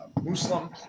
Muslim